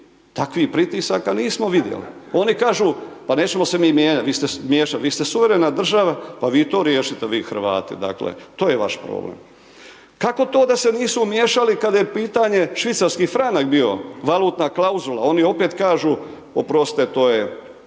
takvih pritisaka nismo vidjeli. Oni kažu, pa nećemo se mi mijenjati, miješati, vi ste suvremena država, pa vi to riješite, vi Hrvati, dakle, to je vaš problem. Kako to da se nisu umiješali kada je pitanje švicarski franak bio, valutna klauzula, oni opet kažu oprostite to je,